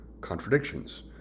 contradictions